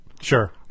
Sure